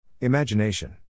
Imagination